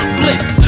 bliss